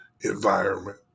environment